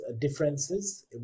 differences